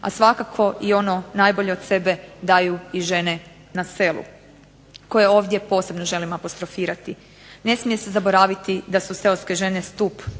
a svakako i ono najbolje od sebe daju i žene na selu koje ovdje posebno želim apostrofirati. Ne smije se zaboraviti da su seoske žene stup